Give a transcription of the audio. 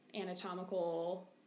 anatomical